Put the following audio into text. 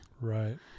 right